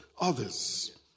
others